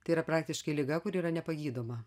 tai yra praktiškai liga kuri yra nepagydoma